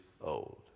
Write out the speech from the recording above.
old